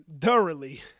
thoroughly